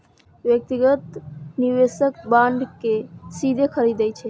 व्यक्तिगत निवेशक बांड कें सीधे खरीदै छै